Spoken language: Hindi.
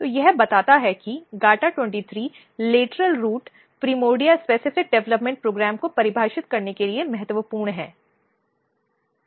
तो यह बताता है कि GATA23 लेटरल रूट प्रिमोर्डिया विशिष्ट विकासात्मक कार्यक्रम को परिभाषित करने के लिए महत्वपूर्ण है